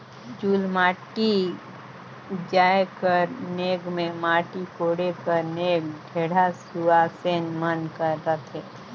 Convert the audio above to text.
चुलमाटी जाए कर नेग मे माटी कोड़े कर नेग ढेढ़ा सुवासेन मन कर रहथे